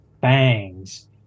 bangs